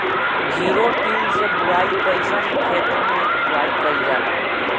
Zero till से बुआई कयिसन खेते मै बुआई कयिल जाला?